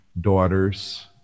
daughters